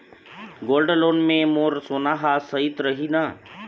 Gold loan मे मोर सोना हा सइत रही न?